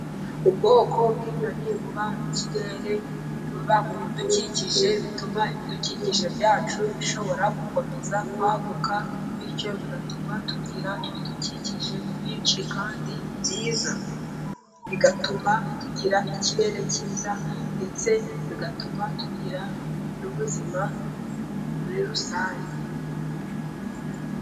Ubwoko bw'inyoni buba mu kirere buba mu bidukikije, bituma ibidukikije byacu bishobora gukomeza kwaguka. Bityo bigatuma tugira ibidukikije byinshi kandi byiza, bigatuma tugira ikirere cyiza, ndetse bigatuma tugira n'ubuzima muri rusange.